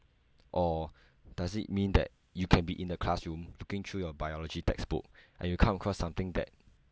or does it mean that you can be in the classroom looking through your biology textbook and you come across something that